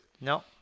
No